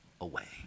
away